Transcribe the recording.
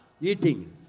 Eating